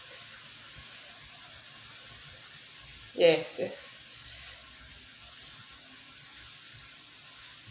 yes yes